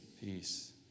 Peace